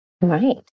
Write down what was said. Right